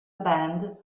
band